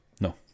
no